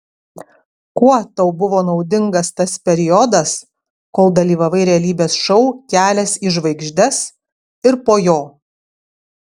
kuo tau buvo naudingas tas periodas kol dalyvavai realybės šou kelias į žvaigždes ir po jo